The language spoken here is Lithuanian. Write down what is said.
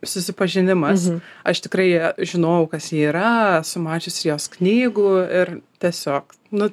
susipažinimas aš tikrai žinojau kas ji yra esu mačiusi jos knygų ir tiesiog nu